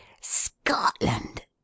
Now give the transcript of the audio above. scotland